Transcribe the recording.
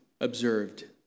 observed